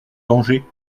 danger